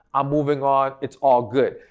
i'm moving on, it's all good.